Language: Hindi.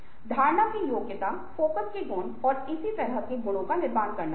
धारणा की योग्यता फोकस के गुण और इसी तरह के गुणों का निर्माण करना होगा